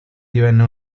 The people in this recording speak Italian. divenne